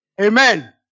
Amen